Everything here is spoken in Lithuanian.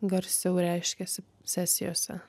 garsiau reiškiasi sesijose